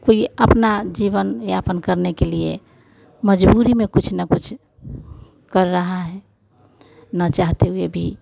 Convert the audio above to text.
कोई अपना जीवन यापन करने के लिए मजबूरी में कुछ न कुछ कर रहा है न चाहते हुए भी